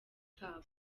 kabo